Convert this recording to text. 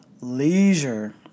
leisure